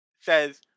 says